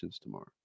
tomorrow